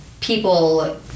people